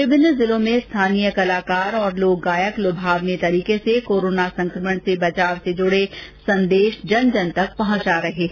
विभिन्न जिलों में स्थानीय कलाकार तथा लोक गायक लुभावने तरीके से कोरोना संक्रमण के बचाव से जुड़े संदेश जन जन तक पहुंचा रहे हैं